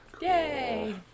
Yay